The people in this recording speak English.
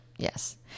Yes